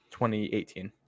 2018